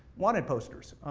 wanted posters,